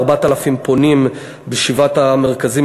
4,000 פונים בשבעת המרכזים,